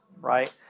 right